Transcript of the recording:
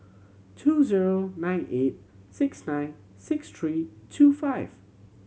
two zero eight nine six nine six three two five